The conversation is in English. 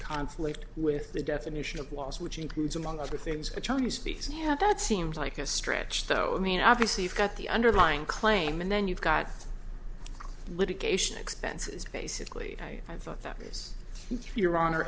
conflict with the definition of laws which includes among other things a chinese species have that seems like a stretch though i mean obviously you've got the underlying claim and then you've got litigation expenses basically i thought that is your honor